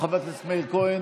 חבר הכנסת מאיר כהן,